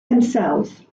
themselves